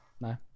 No